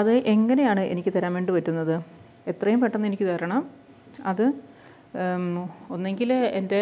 അത് എങ്ങനെയാണ് എനിക്ക് തരാൻ വേണ്ടി പറ്റുന്നത് എത്രയും പെട്ടെന്നെനിക്ക് തരണം അത് ഒന്നെങ്കിൽ എൻ്റെ